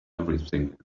everything